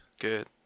good